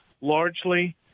largely